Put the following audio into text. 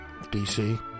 DC